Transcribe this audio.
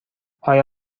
آیا